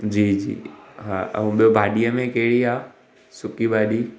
जी जी हा ऐं ॿियो भाॼीअ में कहिड़ी आहे सुकी भाॼी